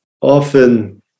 often